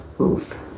Oof